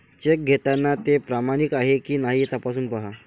check घेताना ते प्रमाणित आहे की नाही ते तपासून पाहा